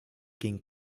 ging